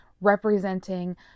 representing